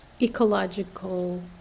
Ecological